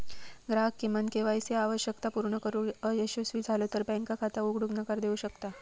ग्राहक किमान KYC आवश्यकता पूर्ण करुक अयशस्वी झालो तर बँक खाता उघडूक नकार देऊ शकता